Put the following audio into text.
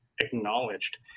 acknowledged